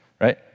right